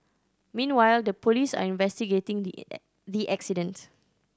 meanwhile the police are investigating the accident